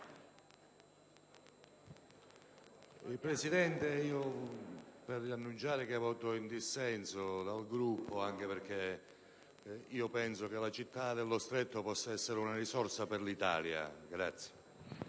Presidente, annuncio che voterò in dissenso dal mio Gruppo, anche perché penso che la città dello Stretto possa essere una risorsa per l'Italia.